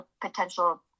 potential